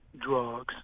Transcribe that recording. drugs